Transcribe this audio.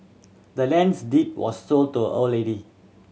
the land's deed was sold to a old lady